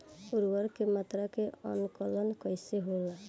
उर्वरक के मात्रा के आंकलन कईसे होला?